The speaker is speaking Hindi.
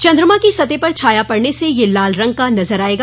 चन्द्रमा की सतह पर छाया पड़ने से यह लाल रंग का नजर आएगा